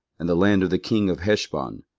and the land of the king of heshbon,